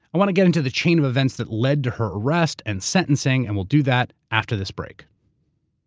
i want to get into the chain of events that led to her arrest and sentencing and we'll do that after this break.